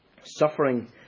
Suffering